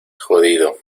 jodido